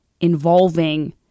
involving